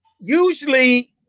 Usually